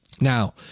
Now